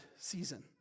season